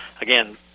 Again